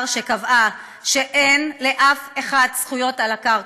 שקבעה שאין לאף אחד זכויות על הקרקע,